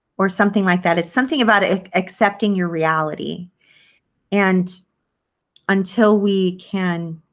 or something like that. it's something about ah accepting your reality and until we can